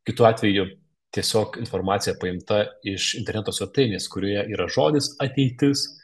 kitu atveju tiesiog informacija paimta iš interneto svetainės kurioje yra žodis ateitis